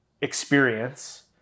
experience